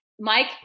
Mike